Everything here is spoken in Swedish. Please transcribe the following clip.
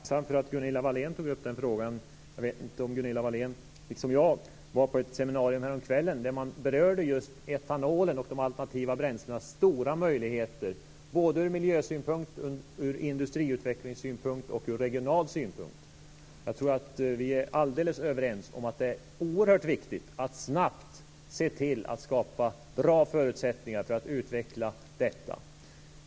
Fru talman! Jag är tacksam för att Gunilla Wahlén tog upp den frågan. Jag vet inte om Gunilla Wahlén, liksom jag, var på ett seminarium häromkvällen där man berörde just etanolens och de alternativa bränslenas stora möjligheter ur miljösynpunkt, ur industriutvecklingssynpunkt och ur regional synpunkt. Jag tror att vi är alldeles överens om att det är oerhört viktigt att snabbt se till att skapa bra förutsättningar för att utveckla detta.